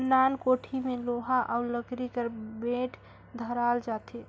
नान कोड़ी मे लोहा अउ लकरी कर बेठ धराल जाथे